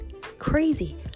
Crazy